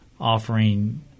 offering